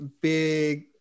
big